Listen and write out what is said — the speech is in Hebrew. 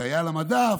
שהייתה על המדף,